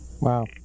Wow